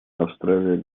австралия